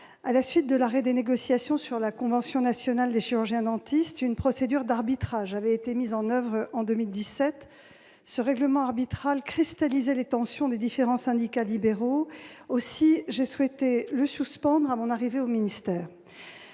à la suite de l'arrêt des négociations sur la convention nationale des chirurgiens-dentistes, une procédure d'arbitrage avait été mise en oeuvre en 2017. Ce règlement arbitral cristallisait les tensions des différents syndicats libéraux. Aussi, j'ai souhaité le suspendre lorsque je suis arrivée au ministère.